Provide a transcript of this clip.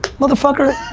motherfucker,